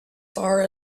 far